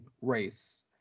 race